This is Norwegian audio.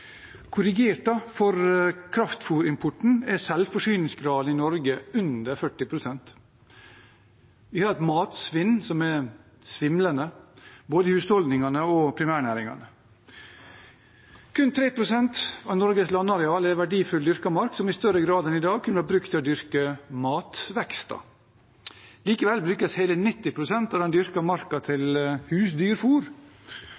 for kraftfôrimporten er selvforsyningsgraden i Norge under 40 pst. Vi har et matsvinn som er svimlende, både i husholdningene og i primærnæringene. Kun 3 pst. av Norges landareal er verdifull dyrka mark – som i større grad enn i dag kunne vært brukt til å dyrke matvekster. Likevel brukes hele 90 pst. av